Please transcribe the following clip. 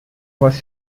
was